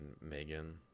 megan